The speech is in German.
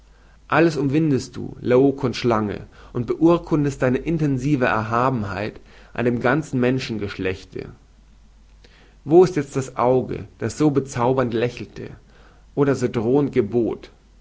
alles umwindest du laokoons schlange und beurkundest deine intensive erhabenheit an dem ganzen menschengeschlechte wo ist jezt das auge das so bezaubernd lächelte oder so drohend gebot